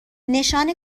نشان